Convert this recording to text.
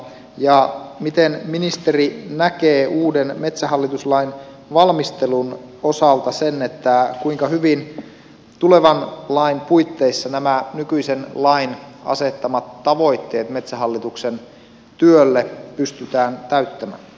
ja miten ministeri näkee uuden metsähallituslain valmistelun osalta sen kuinka hyvin tulevan lain puitteissa nämä nykyisen lain asettamat tavoitteet metsähallituksen työlle pystytään täyttämään